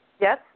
Yes